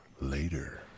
later